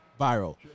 viral